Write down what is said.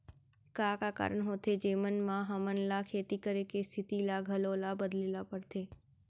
का का कारण होथे जेमन मा हमन ला खेती करे के स्तिथि ला घलो ला बदले ला पड़थे?